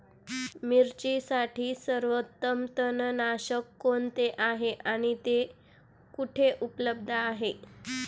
मिरचीसाठी सर्वोत्तम तणनाशक कोणते आहे आणि ते कुठे उपलब्ध आहे?